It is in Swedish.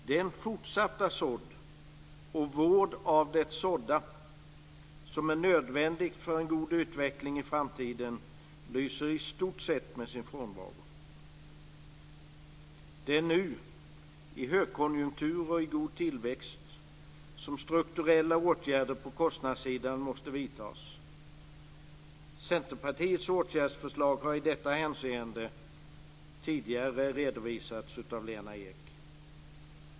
Den fortsatta sådd och vård av det sådda som är nödvändig för en god utveckling i framtiden lyser i stort sett med sin frånvaro. Det är nu - i högkonjunktur och med god tillväxt - som strukturella åtgärder på kostnadssidan måste vidtas. Centerpartiets åtgärdsförslag har i detta hänseende tidigare redovisats av Lena Ek.